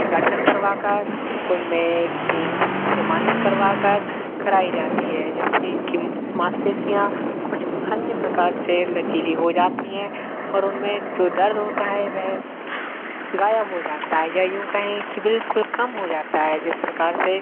घर्सण करवाकर उनमें तेल से मालिश करवाकर कराई जाती है जिससे कि मांसपेशियाँ कुछ अन्य प्रकार से लचीली हो जाती हैं और उनमें जो दर्द होता है वह गायब हो जाता है या यूँ कहें कि बिल्कुल कम हो जाता है जिस प्रकार से